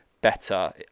better